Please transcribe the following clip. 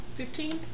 fifteen